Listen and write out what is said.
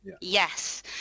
yes